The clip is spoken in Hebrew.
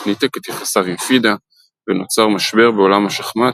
ניתק את יחסיו עם פיד"ה ונוצר משבר בעולם השחמט,